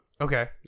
Okay